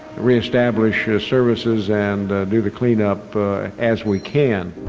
re-establish ah services and do the cleanup as we can.